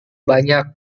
banyak